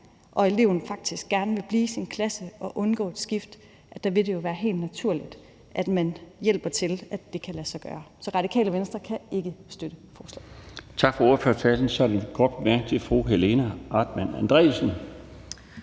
og eleven faktisk gerne vil blive i sin klasse og undgå skift. Der vil det jo være helt naturligt, at man hjælper med, at det kan lade sig gøre. Så Radikale Venstre kan ikke støtte beslutningsforslaget. Kl. 17:46 Den fg. formand (Bjarne